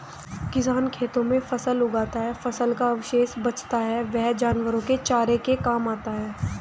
किसान खेतों में फसल उगाते है, फसल का अवशेष बचता है वह जानवरों के चारे के काम आता है